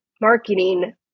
marketing